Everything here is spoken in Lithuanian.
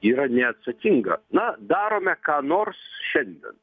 yra neatsakinga na darome ką nors šiandien